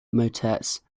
motets